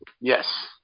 Yes